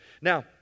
Now